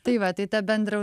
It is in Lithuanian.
tai va tai ta bendra